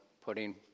putting